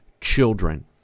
children